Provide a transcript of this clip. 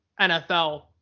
nfl